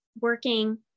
working